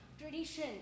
tradition